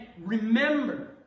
remember